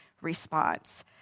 response